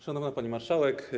Szanowna Pani Marszałek!